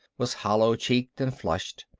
was hollow-cheeked and flushed.